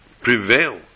prevail